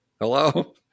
hello